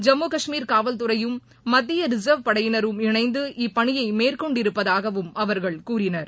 ஜம்மு கஷ்மீர் காவல்துறையும் மத்தீய ரிசர்வ் படையினரும் இணைந்து இப்பணியை மேற்கொண்டிருப்பதாகவும் அவர்கள் கூறினர்